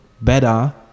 better